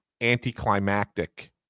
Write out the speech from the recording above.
anticlimactic